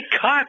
cut